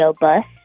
bus